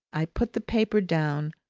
i put the paper down,